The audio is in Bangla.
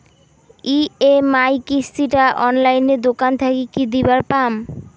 ই.এম.আই কিস্তি টা অনলাইনে দোকান থাকি কি দিবার পাম?